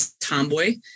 tomboy